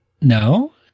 no